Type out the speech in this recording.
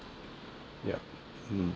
yup mm